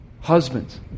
Husbands